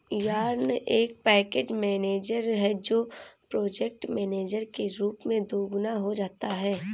yarn एक package manager है जो प्रोजेक्ट मैनेजर के रूप में दोगुना हो जाता है